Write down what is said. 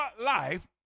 life